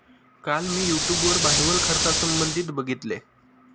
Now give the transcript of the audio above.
काल मी यूट्यूब वर भांडवल खर्चासंबंधित बघितले